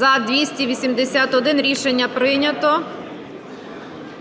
За-281 Рішення прийнято.